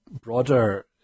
broader